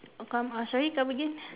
come uh sorry come again